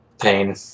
Pain